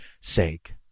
sake